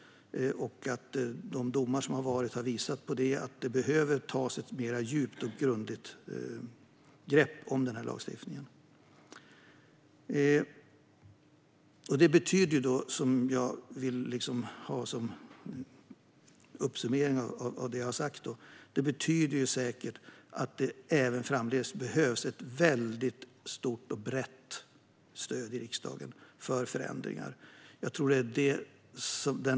De domar som har meddelats visar att det behöver tas ett mer djupt och grundligt grepp om lagstiftningen. Låt mig summera vad jag har sagt. Det behövs alltså även framdeles ett stort och brett stöd i riksdagen för förändringar.